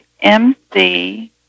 MC